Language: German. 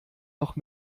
noch